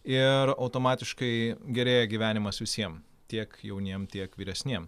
ir automatiškai gerėja gyvenimas visiem tiek jauniem tiek vyresniem